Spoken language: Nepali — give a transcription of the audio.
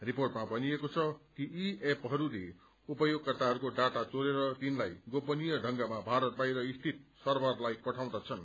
रिपोर्टमा भनिएको छ कि यी एपहरूले उपयोगकर्ताहरूको डाटा चोरेर तिनलाई गोपनीय ढंगमा भारत बाहिर स्थित सर्वरलाई पठाउँदछन्